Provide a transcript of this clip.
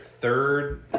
third